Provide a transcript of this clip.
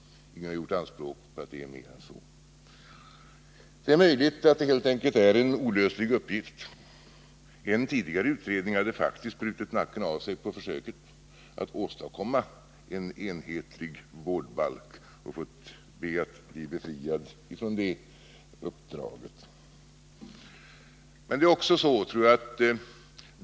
En del har gjort anspråk på att det är mer än så. Det är möjligt att det helt enkelt är en ogenomförbar uppgift att åstadkomma en enhetlig sociallagstiftning. En tidigare utredning hade faktiskt brutit nacken av sig på försöket att åstadkomma en enhetlig vårdbalk och fått anhålla om att bli befriad från det uppdraget.